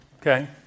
Okay